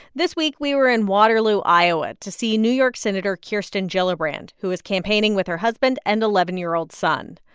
this week, we were in waterloo, iowa, to see new york senator kirsten gillibrand, who is campaigning with her husband and eleven year old son.